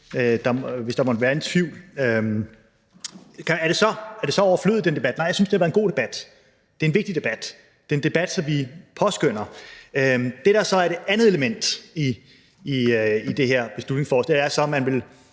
hvis der måtte være en tvivl. Er den debat så overflødig? Nej, jeg synes, det har været en god debat. Det er en vigtig debat. Det er en debat, som vi påskønner. Det, der så er det andet element i det her beslutningsforslag, er, at man vil